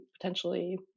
potentially